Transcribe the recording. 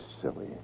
silly